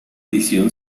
edición